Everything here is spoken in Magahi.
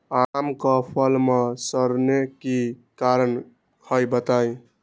आम क फल म सरने कि कारण हई बताई?